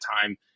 time